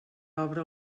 obre